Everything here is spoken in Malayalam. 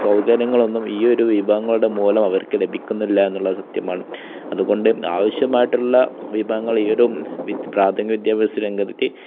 സൗകര്യങ്ങളൊന്നും ഈ ഒരു വിഭവങ്ങളുടെ മൂലം അവർക്ക് ലഭിക്കുന്നില്ലാ എന്നുള്ള സത്യമാണ് അതുകൊണ്ട് ആവശ്യമായിട്ടുള്ള വിഭവങ്ങൾ ഈ ഒരു പ്രാഥമിക വിദ്യാഭ്യാസ രംഗത്ത്